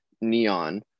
neon